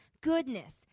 goodness